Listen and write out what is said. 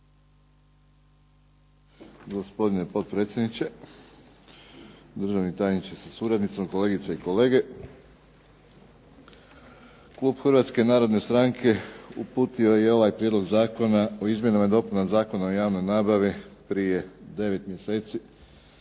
gospodine potpredsjedniče, državni tajniče sa suradnicima, kolegice i kolege. Klub Hrvatske narodne stranke uputio je ovaj Prijedlog zakona o izmjenama i dopunama Zakona o javnoj nabavi prije devet mjeseci,